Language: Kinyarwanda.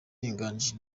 inganji